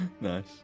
nice